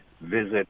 visit